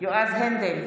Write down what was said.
יועז הנדל,